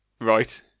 Right